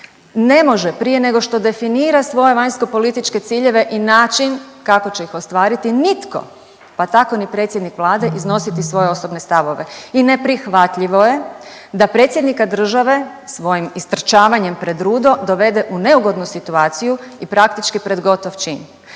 Ne može prije nego što definira svoje vanjskopolitičke ciljeve i način kako će ih ostvariti nitko, pa tako ni predsjednik Vlade iznositi svoje osobne stavove i neprihvatljivo je da predsjednika države svojim istrčavanjem pred rudo dovede u neugodnu situaciju i praktički pred gotovo čin.